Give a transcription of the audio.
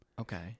Okay